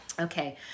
Okay